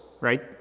right